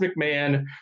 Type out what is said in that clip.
McMahon